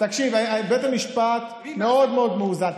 תקשיב, בית המשפט מאוד מאוד מאוזן.